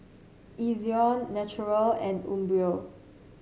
Ezion Naturel and Umbro